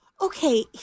okay